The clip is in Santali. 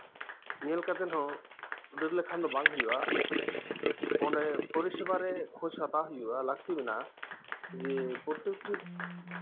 ᱧᱮᱞ ᱠᱟᱛᱮ ᱦᱚᱸ ᱫᱟᱹᱲ ᱞᱮᱠᱷᱟᱱ ᱫᱚ ᱵᱟᱝ ᱦᱳᱭᱳᱜᱼᱟ ᱚᱸᱰᱮ ᱯᱚᱨᱤᱥᱮᱵᱟ ᱨᱮᱭᱟᱜ ᱠᱷᱳᱡᱽ ᱦᱟᱛᱟᱣ ᱦᱳᱭᱳᱜᱼᱟ ᱞᱟᱠᱛᱤ ᱢᱮᱱᱟᱜᱼᱟ ᱡᱮ ᱯᱨᱚᱛᱮᱠᱴᱤ